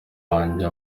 banjye